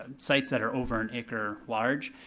and sites that are over an acre large.